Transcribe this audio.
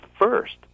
first